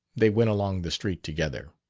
they went along the street together.